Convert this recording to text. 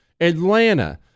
Atlanta